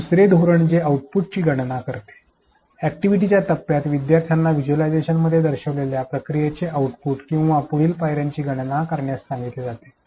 दुसरे धोरण जे आउटपुटची गणना करते जेथे अॅक्टिव्हिटीच्या टप्प्यात विद्यार्थ्यांना व्हिज्युअलायझेशनमध्ये दर्शविलेल्या प्रक्रियेच्या आउटपुट किंवा पुढील पायऱ्यांची गणना करण्यास सांगितले जाते